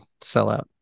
sellout